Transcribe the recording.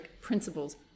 principles